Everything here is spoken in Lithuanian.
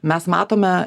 mes matome